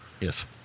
Yes